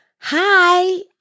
hi